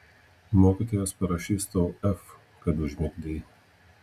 mokytojas parašys tau f kad užmigdei